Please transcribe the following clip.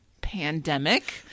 pandemic